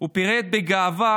הוא פירט בגאווה,